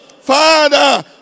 Father